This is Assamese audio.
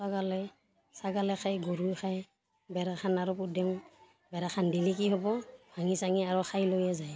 ছাগালে ছাগালে খায় গৰুই খায় বেৰা খান আৰু পুতি দিওঁ বেৰাখান দিলি কি হ'ব ভাঙি চাঙি আৰু খাই লৈয়ে যায়